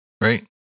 Right